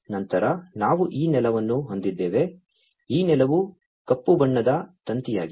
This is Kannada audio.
ನಂತರ ನಾವು ಈ ನೆಲವನ್ನು ಹೊಂದಿದ್ದೇವೆ ಈ ನೆಲವು ಕಪ್ಪು ಬಣ್ಣದ ತಂತಿಯಾಗಿದೆ